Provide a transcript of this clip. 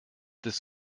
des